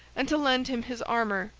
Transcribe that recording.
and to lend him his armor,